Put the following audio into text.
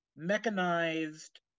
mechanized